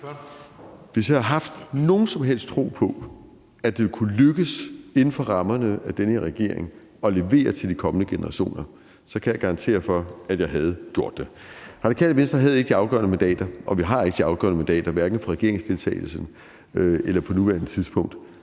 Hvis jeg havde haft nogen som helst tro på, at det ville kunne lykkes inden for rammerne af den her regering at levere til de kommende generationer, så kan jeg garantere for, at jeg havde gjort det. Radikale Venstre havde ikke de afgørende mandater, og vi har ikke de afgørende mandater, hverken i forbindelse med regeringsdeltagelse eller på nuværende tidspunkt.